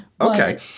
Okay